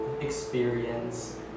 experience